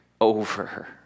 over